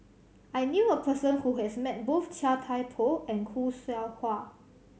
I knew a person who has met both Chia Thye Poh and Khoo Seow Hwa